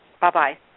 Bye-bye